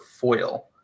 foil